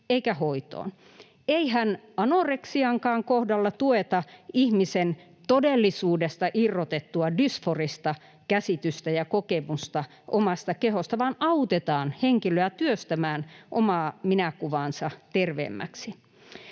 eikä hoitoon. Eihän anoreksiankaan kohdalla tueta ihmisen todellisuudesta irrotettua, dysforista käsitystä ja kokemusta omasta kehosta, vaan autetaan henkilöä työstämään omaa minäkuvaansa terveemmäksi.